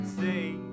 say